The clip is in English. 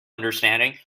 understanding